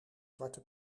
zwarte